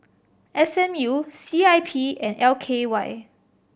S M U C I P and L K Y